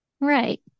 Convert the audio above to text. right